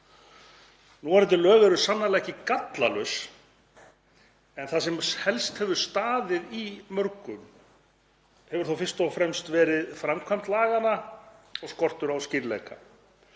Núverandi lög eru sannarlega ekki gallalaus en það sem helst hefur staðið í mörgum hefur þó fyrst og fremst verið framkvæmd laganna og skortur á skýrleika.